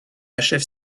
achève